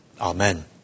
Amen